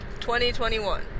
2021